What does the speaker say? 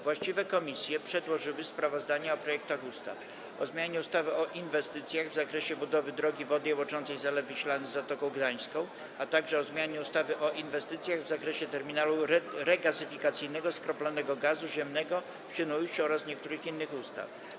Właściwe komisje przedłożyły sprawozdania o projektach ustaw: - o zmianie ustawy o inwestycjach w zakresie budowy drogi wodnej łączącej Zalew Wiślany z Zatoką Gdańską, - o zmianie ustawy o inwestycjach w zakresie terminalu regazyfikacyjnego skroplonego gazu ziemnego w Świnoujściu oraz niektórych innych ustaw.